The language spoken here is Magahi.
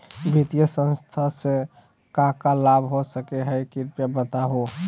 वित्तीय संस्था से का का लाभ हो सके हई कृपया बताहू?